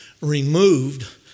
removed